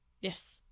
Yes